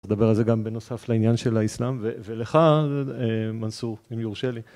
נדבר על זה גם בנוסף לעניין של האסלאם ולכן מנסור עם ירושה לי